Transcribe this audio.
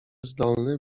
zdolny